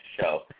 show